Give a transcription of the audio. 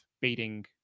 beating